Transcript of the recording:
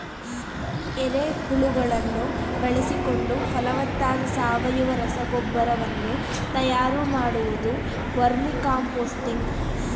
ಎರೆಹುಳುಗಳನ್ನು ಬಳಸಿಕೊಂಡು ಫಲವತ್ತಾದ ಸಾವಯವ ರಸಗೊಬ್ಬರ ವನ್ನು ತಯಾರು ಮಾಡುವುದು ವರ್ಮಿಕಾಂಪೋಸ್ತಿಂಗ್